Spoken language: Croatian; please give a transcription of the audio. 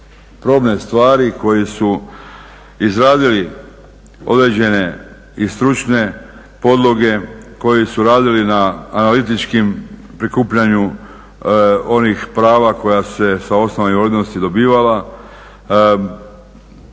probne stvari, koji su izradili određene i stručne podloge, koji su radili na analitičkim prikupljanju onih prava koja su se sa osnova invalidnosti dobivala,